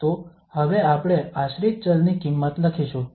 તો હવે આપણે આશ્રિત ચલ ની કિંમત લખીશું